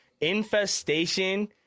infestation